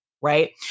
right